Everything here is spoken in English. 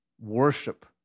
worship